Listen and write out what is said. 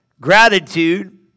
gratitude